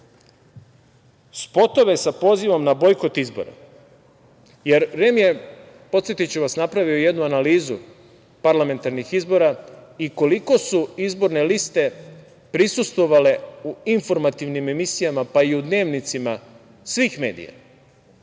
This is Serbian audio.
spotove sa pozivom na bojkot izbora, jer REM je, podsetiću vas, napravio jednu analizu parlamentarnih izbora i koliko su izborne liste prisustvovale u informativnim emisijama, pa i u dnevnicima svih medija,